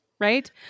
right